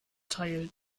teil